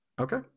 Okay